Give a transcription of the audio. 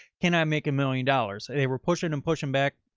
can i make a million dollars? they were pushing them, push them back.